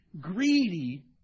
greedy